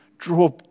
Draw